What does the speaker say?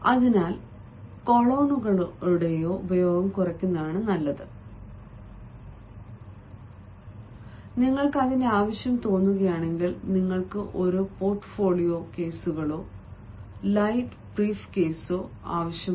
അതിനാൽ കൊളോണുകളുടെ ഉപയോഗം കുറയ്ക്കുന്നതാണ് നല്ലത് നിങ്ങൾക്ക് അതിന്റെ ആവശ്യം തോന്നുകയാണെങ്കിൽ നിങ്ങൾക്ക് ഒരു പോര്ട്ട്ഫോളിയൊ കേസോ ലൈറ്റ് ബ്രീഫ്കേസോ ആവശ്യമുണ്ട്